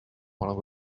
while